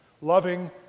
loving